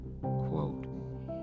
quote